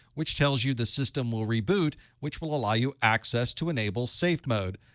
which tells you the system will reboot, which will allow you access to enable safe mode.